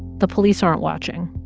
the police aren't watching